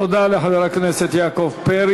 תודה לחבר הכנסת יעקב פרי.